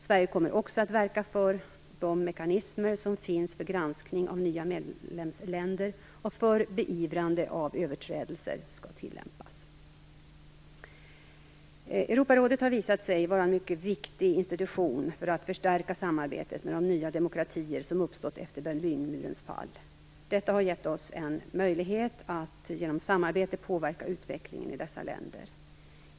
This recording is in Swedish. Sverige kommer också att verka för att de mekanismer som finns för granskning av nya medlemsländer och för beivrande av överträdelser skall tillämpas. Europarådet har visat sig vara en mycket viktig institution för att förstärka samarbetet med de nya demokratier som uppstått efter Berlinmurens fall. Detta har gett oss en möjlighet att genom samarbete påverka utvecklingen i dessa länder.